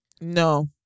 No